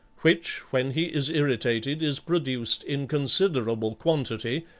which when he is irritated is produced in considerable quantity,